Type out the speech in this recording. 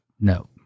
No